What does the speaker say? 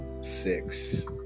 six